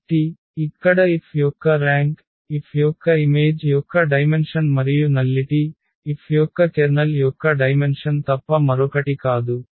కాబట్టి ఇక్కడ F యొక్క ర్యాంక్ F యొక్క ఇమేజ్ యొక్క డైమెన్షన్ మరియు నల్లిటి F యొక్క కెర్నల్ యొక్క డైమెన్షన్ తప్ప మరొకటి కాదు